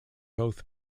both